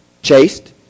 Chaste